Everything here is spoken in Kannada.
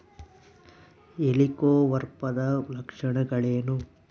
ಹೆಲಿಕೋವರ್ಪದ ಲಕ್ಷಣಗಳೇನು?